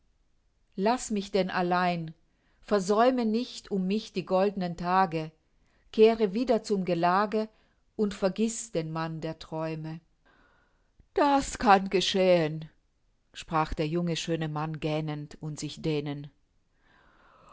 laß mich denn allein versäume nicht um mich die gold'nen tage kehre wieder zum gelage und vergiß den mann der träume das kann geschehen sprach der junge schöne mann gähnend und sich dehnend